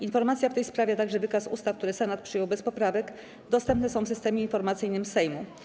Informacja w tej sprawie, a także wykaz ustaw, które Senat przyjął bez poprawek, dostępne są w Systemie Informacyjnym Sejmu.